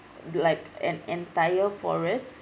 like an entire forest